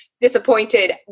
disappointed